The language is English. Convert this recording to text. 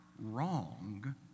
wrong